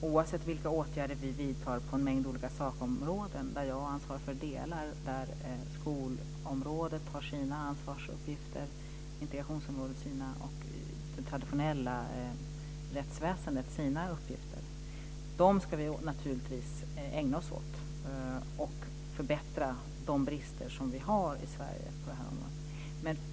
Oavsett vilka åtgärder vi vidtar på en mängd olika sakområden - där jag ansvarar för delar, där skolområdet har sina ansvarsuppgifter och integrationsområdet sina och där det traditionella rättsväsendet har sina uppgifter - ska vi naturligtvis ägna oss åt dessa. Dessutom ska vi åstadkomma förbättringar vad gäller de brister som finns i Sverige på det här området.